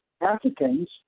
Africans